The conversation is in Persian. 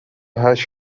هشت